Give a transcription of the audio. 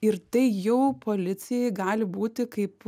ir tai jau policijai gali būti kaip